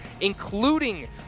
including